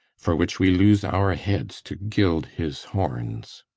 for which we lose our heads to gild his horns.